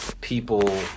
people